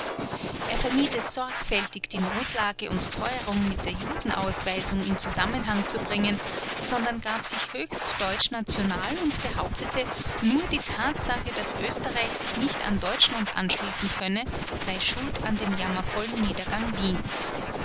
er vermied es sorgfältig die notlage und teuerung mit der judenausweisung in zusammenhang zu bringen sondern gab sich höchst deutschnational und behauptete nur die tatsache daß oesterreich sich nicht an deutschland anschließen könne sei schuld an dem jammervollen niedergang wiens